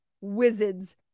Wizards